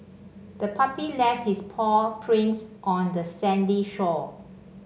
the puppy left its paw prints on the sandy shore